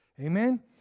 Amen